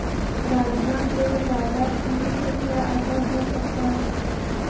राजमा पे ज़्यादा ठण्ड से क्या असर हो सकता है?